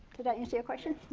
does that answer your question?